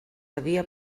havia